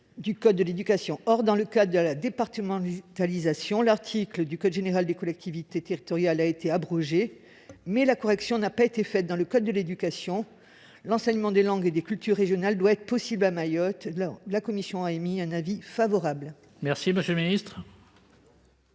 du code de l'éducation. Or, dans le cadre de la départementalisation, l'article du code général des collectivités territoriales a été abrogé, mais la correction correspondante n'a pas été opérée dans le code de l'éducation. L'enseignement des langues et des cultures régionales doit être possible à Mayotte, c'est pourquoi la commission a émis un avis favorable sur cet amendement.